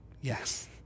Yes